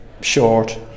short